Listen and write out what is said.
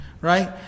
right